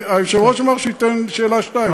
והיושב-ראש אמר שייתן לי שאלה או שתיים.